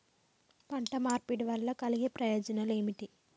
పంట మార్పిడి వల్ల కలిగే ప్రయోజనాలు ఏమిటి?